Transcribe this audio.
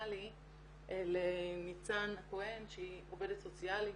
לי לניצן הכהן שהיא עובדת סוציאלית